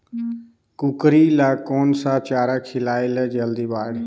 कूकरी ल कोन सा चारा खिलाय ल जल्दी बाड़ही?